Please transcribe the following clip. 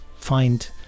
find